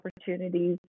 opportunities